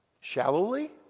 shallowly